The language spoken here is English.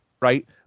right